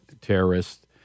terrorists